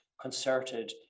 concerted